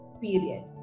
period